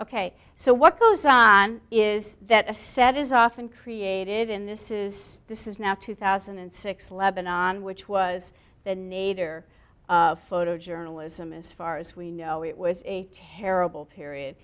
ok so what goes on is that a set is often created in this is this is now two thousand and six lebanon which was the nadir of photojournalism as far as we know it was a terrible period